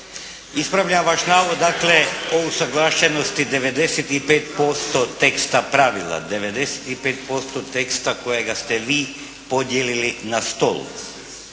Ispravljam vaš navod dakle, o usuglašenosti od 95% teksta pravila. 95% teksta kojega ste vi podijelili na stolu.